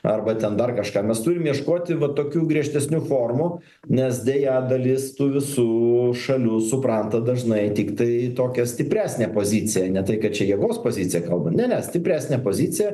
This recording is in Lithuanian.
arba ten dar kažką mes turim ieškoti va tokių griežtesnių formų nes deja dalis tų visų šalių supranta dažnai tiktai tokią stipresnę poziciją ne tai kad čia jėgos poziciją kalbant ne ne stipresnę poziciją